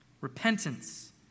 Repentance